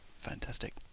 Fantastic